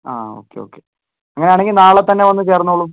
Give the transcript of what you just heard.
ആ okay okay അങ്ങനെയാണ് എങ്കിൽ നാളെ തന്നെ വന്ന് ചേർന്നോളൂ